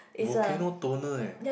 volcano toner eh